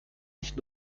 nicht